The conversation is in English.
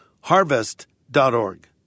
harvest.org